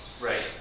Right